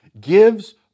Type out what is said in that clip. gives